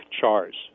chars